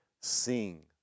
Sing